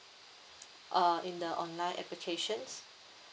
err in the online applications